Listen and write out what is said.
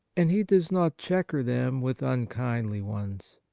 and he does not chequer them with unkindly ones.